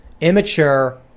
immature